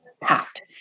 Packed